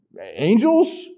Angels